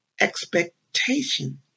expectation